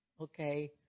okay